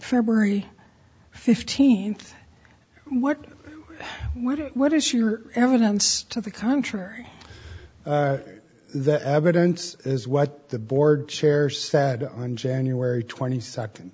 february fifteenth what would what is your evidence to the contrary that evidence is what the board chair sad on january twenty second